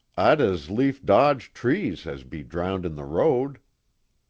i'd as lief dodge trees as be drowned in the road.